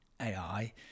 AI